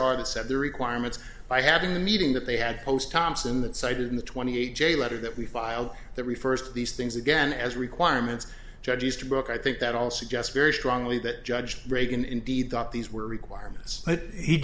set the requirements by having the meeting that they had post thompson that cited in the twenty eight j letter that we filed that refers to these things again as requirements judge easterbrook i think that all suggests very strongly that judge reagan indeed thought these were requirements but he